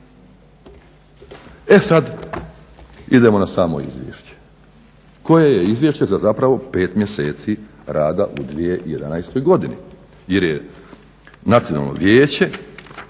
E sad idemo na samo izvješće koje je izvješće za zapravo 5 mjeseci rada u 2011. godini. Jer je Nacionalno vijeće